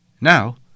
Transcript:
Now